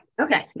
okay